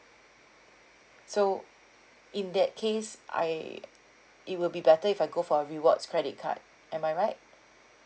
so in that case I it will be better if I go for a rewards credit card am I right